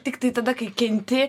tiktai tada kai kenti